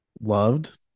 loved